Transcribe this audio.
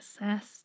assessed